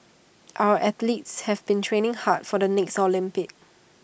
our athletes have been training hard for the next Olympics